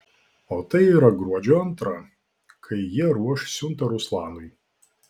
o tai yra gruodžio antrą kai jie ruoš siuntą ruslanui